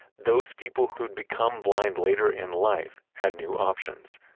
those people who'd become blind later in life had new options.